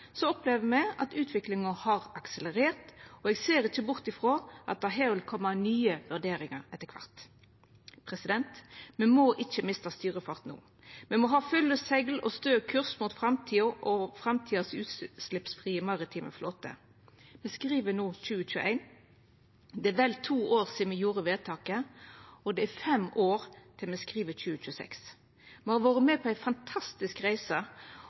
opplever me at utviklinga har akselerert, og eg ser ikkje bort frå at det her vil koma nye vurderingar etter kvart. Me må ikkje mista styrefart no. Me må ha fulle segl og stø kurs mot framtida og framtidas utsleppsfrie maritime flåte. Me skriv no 2021, det er vel to år sidan me gjorde vedtaket, og det er fem år til me skriv 2026. Me har vore med på ei fantastisk reise